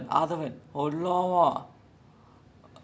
oh ah ah aathavan is the vadivelu all these people right